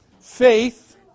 faith